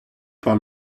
par